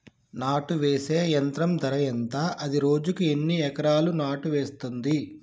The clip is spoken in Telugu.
నాటు వేసే యంత్రం ధర ఎంత? అది రోజుకు ఎన్ని ఎకరాలు నాటు వేస్తుంది?